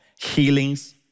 healings